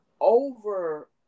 over